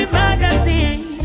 magazine